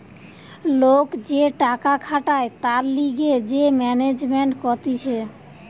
লোক যে টাকা খাটায় তার লিগে যে ম্যানেজমেন্ট কতিছে